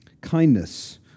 Kindness